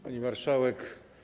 Pani Marszałek!